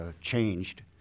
changed